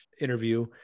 interview